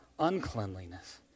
Uncleanliness